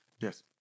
Yes